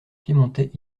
piémontais